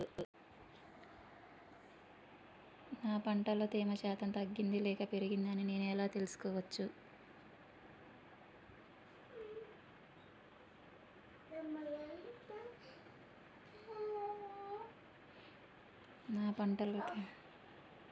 నా పంట లో తేమ శాతం తగ్గింది లేక పెరిగింది అని నేను ఎలా తెలుసుకోవచ్చు?